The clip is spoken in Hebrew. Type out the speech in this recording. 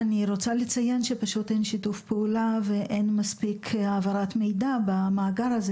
אני רוצה לציין שפשוט אין שיתוף פעולה ואין מספיק העברת מידע במאגר הזה.